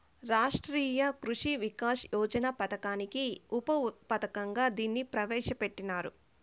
రాష్ట్రీయ కృషి వికాస్ యోజన పథకానికి ఉప పథకంగా దీన్ని ప్రవేశ పెట్టినారు